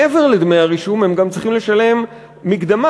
מעבר לדמי הרישום הם גם צריכים לשלם מקדמה,